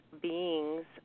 beings